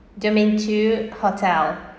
domain two hotel